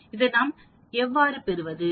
இதை நாம் எவ்வாறு பெறுவது